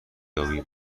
یابیم